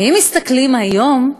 ואם מסתכלים היום,